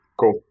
cool